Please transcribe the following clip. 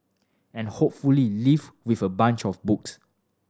and hopefully leave with a bunch of books